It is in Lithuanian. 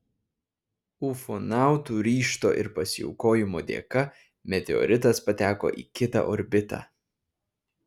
ufonautų ryžto ir pasiaukojimo dėka meteoritas pateko į kitą orbitą